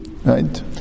Right